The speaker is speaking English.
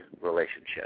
relationship